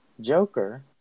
Joker